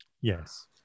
Yes